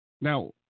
now